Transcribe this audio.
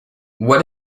what